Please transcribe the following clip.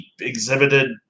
exhibited